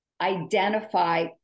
identify